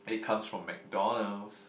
it comes from McDonald's